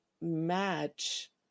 match